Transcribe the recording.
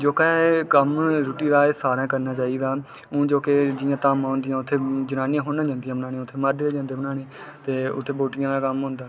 ते जोह्का एह् कमम ऐ रुट्टी दा सारें करना चाहिदा हून जोह्के जियां धामां होंदियां उत्थै जनानियां थोह्ड़े न जंदियां मर्द जंदे बनाने गी उत्थै बोटियें दा कम्म होंदा